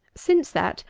since that,